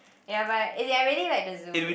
ya but eh I really like the zoo